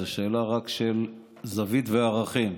זו שאלה רק של זווית וערכים.